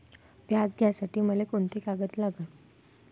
व्याज घ्यासाठी मले कोंते कागद लागन?